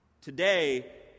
Today